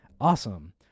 awesome